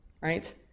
right